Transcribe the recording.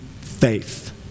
faith